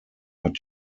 hat